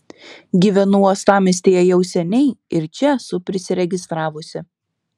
gyvenu uostamiestyje jau seniai ir čia esu prisiregistravusi